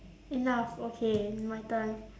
enough okay my turn